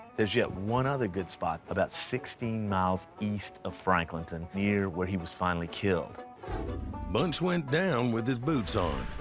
there's yet one other good spot about sixteen miles east of franklinton near where he was finally killed. narrator bunch went down with his boots on,